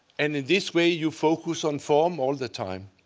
and in this way, you focus on form all the time.